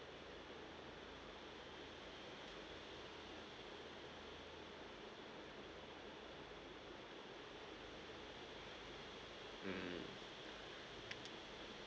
mm